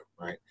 right